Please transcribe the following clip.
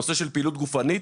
בנושא של פעילות גופנית,